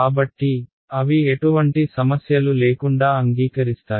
కాబట్టి అవి ఎటువంటి సమస్యలు లేకుండా అంగీకరిస్తాయి